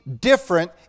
different